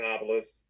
novelists